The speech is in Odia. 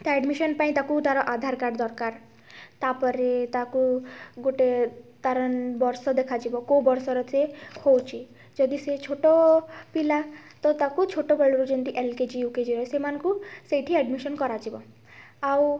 ତା' ଆଡ଼୍ମିସନ୍ ପାଇଁ ତାକୁ ତା'ର ଆଧାର କାର୍ଡ଼ ଦରକାର ତା'ପରେ ତାକୁ ଗୋଟେ ତା'ର ବର୍ଷ ଦେଖାଯିବ କେଉଁ ବର୍ଷର ସେ ହେଉଛି ଯଦି ସେ ଛୋଟ ପିଲା ତ ତାକୁ ଛୋଟବେଳରୁ ଯେମିତି ଏଲ୍ କେ ଜି ୟୁକେଜିରୁ ସେମାନଙ୍କୁ ସେଇଠି ଆଡ଼୍ମିସନ୍ସ କରାଯିବ ଆଉ